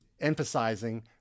emphasizing